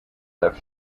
left